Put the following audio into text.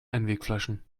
einwegflaschen